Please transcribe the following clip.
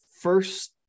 first